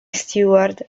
steward